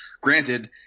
granted